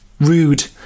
rude